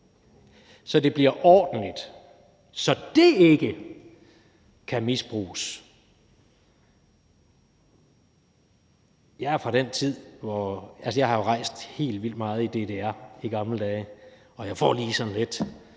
så det bliver ordentligt, så det ikke kan misbruges. Jeg har jo rejst helt vildt meget i DDR i gamle dage, og jeg får sådan lige